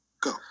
Go